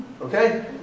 okay